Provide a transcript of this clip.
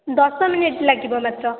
ଦଶ ମିନିଟ ଲାଗିବ ମାତ୍ର